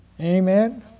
Amen